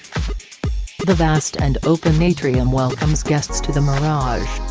the vast and open atrium welcomes guests to the mirage.